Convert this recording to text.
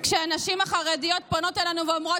כשהנשים החרדיות פונות אלינו ואומרות